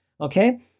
okay